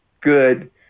good